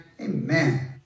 Amen